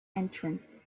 entrance